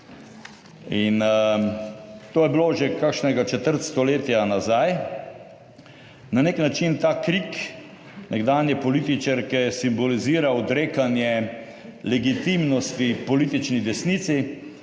in to je bilo že kakšnega četrt stoletja nazaj. Na nek način ta krik nekdanje političarke simbolizira odrekanje legitimnosti politični desnici,